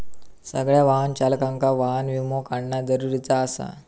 सगळ्या वाहन चालकांका वाहन विमो काढणा जरुरीचा आसा